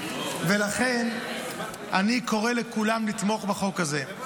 ולכן, אני קורא לכולם לתמוך בחוק הזה.